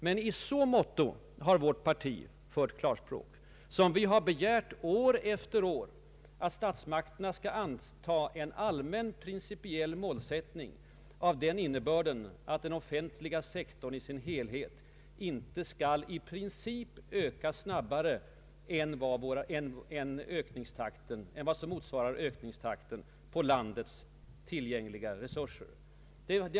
Men vårt parti har i så måtto fört klarspråk som vi år efter år begärt att statsmakterna skall acceptera en allmän principiell målsättning av innebörd att den offentliga sektorn i sin helhet i princip inte skall öka snabbare än vad som motsvarar ökningstakten på landets tillgängliga resurser.